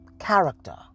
character